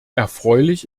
erfreulich